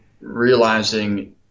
realizing